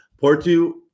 Porto